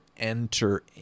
enter